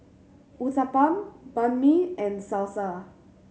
Uthapam Banh Mi and Salsa